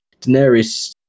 Daenerys